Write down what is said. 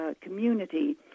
community